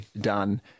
done